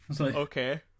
Okay